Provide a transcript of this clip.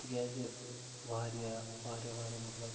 تِکیٛازِ واریاہ واریاہ واریاہ مطلب